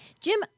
Jim